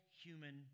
human